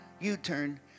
U-turn